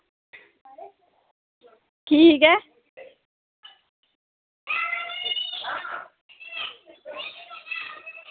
ठीक ऐ